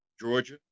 Georgia